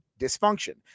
dysfunction